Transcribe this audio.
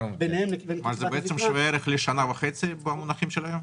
זה בעצם שווה ערך לשנה וחצי, במונחים של היום?